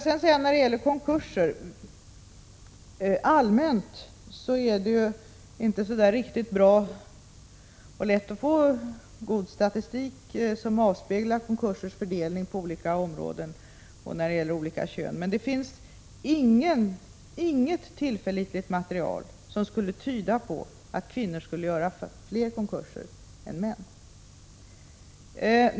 Beträffande konkurser är det inte så lätt att få god statistik som avspeglar konkursernas fördelning på olika områden och olika kön. Men det finns inget tillförlitligt material som tyder på att kvinnor skulle göra fler konkurser än män.